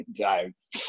times